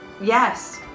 Yes